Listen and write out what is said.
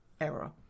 error